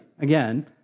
again